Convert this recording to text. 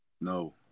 No